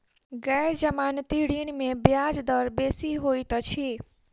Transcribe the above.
गैर जमानती ऋण में ब्याज दर बेसी होइत अछि